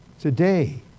today